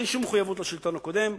אין שום מחויבות לשלטון הקודם,